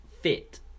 fit